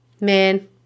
Man